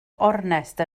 ornest